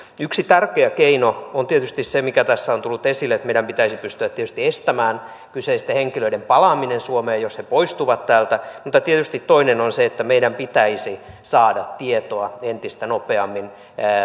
yksi tärkeä keino on tietysti se mikä tässä on tullut esille että meidän pitäisi pystyä tietysti estämään kyseisten henkilöiden palaaminen suomeen jos he poistuvat täältä mutta tietysti toinen on se että meidän pitäisi saada tietoa entistä nopeammin